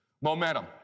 momentum